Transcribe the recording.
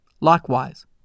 Likewise